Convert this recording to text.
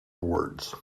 boards